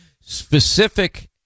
specific